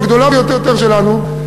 הגדולה ביותר שלנו,